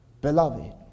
Beloved